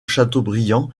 chateaubriand